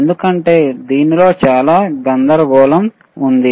ఎందుకంటే దీనిలో చాలా గందరగోళం ఉంది